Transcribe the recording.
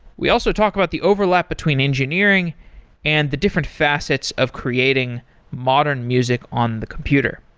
we also talk about the overlap between engineering and the different facets of creating modern music on the computer.